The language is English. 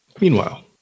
Meanwhile